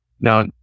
now